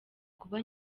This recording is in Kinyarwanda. kuba